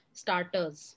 starters